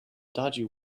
dodgy